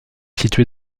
située